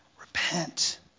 repent